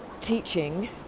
teaching